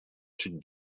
sud